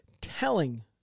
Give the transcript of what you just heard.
telling